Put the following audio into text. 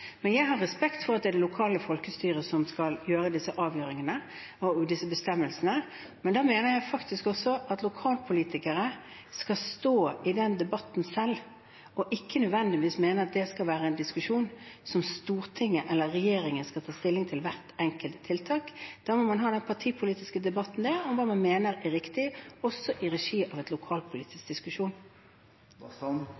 Jeg har respekt for at det er det lokale folkestyret som skal gjøre disse avveiingene og ta disse bestemmelsene, men da mener jeg også at lokalpolitikerne skal stå i den debatten selv og ikke nødvendigvis mene at det skal være en diskusjon hvor Stortinget eller regjeringen skal ta stilling til hvert enkelt tiltak. Da må man ha den partipolitiske debatten om hva man mener er riktig, også i form av